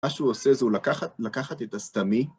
מה שהוא עושה זה הוא לקחת את הסתמי.